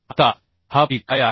आता हा P काय आहे